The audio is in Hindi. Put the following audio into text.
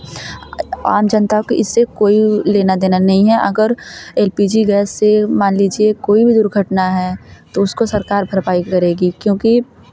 आज जनता को इससे कोई लेना देना नहीं है अगर एल पी जी गैस से मान लीजिए कोई भी दुर्घटना है तो उसको सरकार भरपाई करेगी क्योंकि